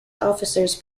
officers